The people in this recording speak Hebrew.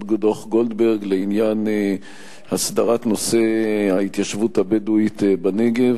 דוח-גולדברג לעניין הסדרת נושא ההתיישבות הבדואית בנגב.